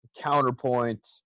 counterpoint